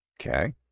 okay